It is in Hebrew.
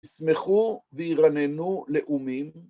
ישמחו וירננו לאומים.